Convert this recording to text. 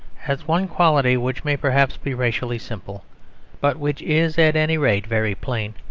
has one quality which may perhaps be racially simple but which is, at any rate, very plain.